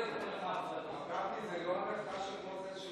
לא לנכדה שלי.